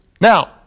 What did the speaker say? Now